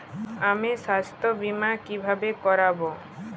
আমি স্বাস্থ্য বিমা কিভাবে করাব?